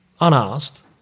unasked